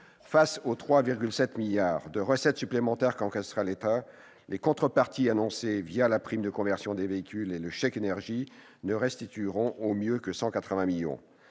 Face aux 3,7 milliards d'euros de recettes supplémentaires qu'encaissera l'État, les contreparties annoncées, la prime de conversion des véhicules et le chèque énergie, ne permettront au mieux de restituer